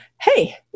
hey